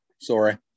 Sorry